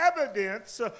evidence